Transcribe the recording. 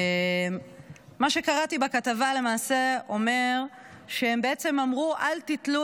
ומה שקראתי בכתבה למעשה אומר שהם בעצם אמרו: אל תתלו